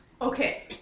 Okay